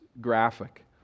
graphic